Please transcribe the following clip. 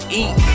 eat